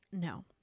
No